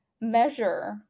measure